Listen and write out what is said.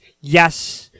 Yes